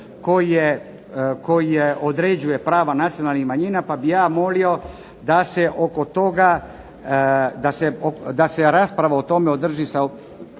koji određuje pravo nacionalnih manjina pa bih ja molio da se rasprava o tome održi sa